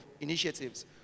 initiatives